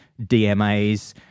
DMAs